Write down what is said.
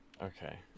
Okay